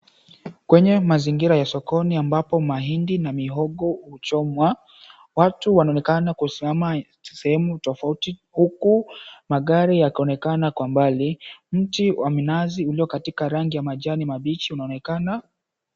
Kwenye mazingira ya sokoni, ambapo mahindi na mihogo huchomwa. Watu wanaonekana kusimama sehemu tofauti, huku magari yakaonekana kwa mbali. Mti wa minazi ulio katika rangi ya majani mabichi unaonekana.